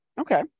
Okay